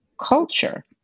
culture